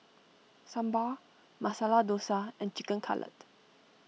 Sambar Masala Dosa and Chicken Cutlet